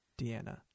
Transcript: Deanna